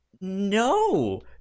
no